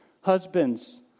husbands